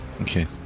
Okay